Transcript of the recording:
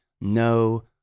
no